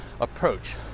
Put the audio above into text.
approach